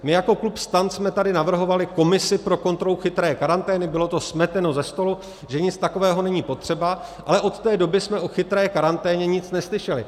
My jako klub STAN jsme tady navrhovali komisi pro kontrolu chytré karantény, bylo to smeteno ze stolu, že nic takového není potřeba, ale od té doby jsme o chytré karanténě nic neslyšeli.